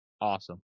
awesome